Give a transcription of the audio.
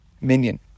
minion